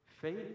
faith